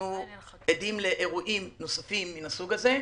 אנחנו עדים לאירועים נוספים מהסוג הזה,